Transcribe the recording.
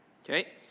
Okay